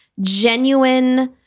genuine